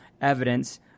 evidence